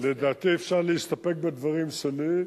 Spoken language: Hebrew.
לדעתי אפשר להסתפק בדברים שלי.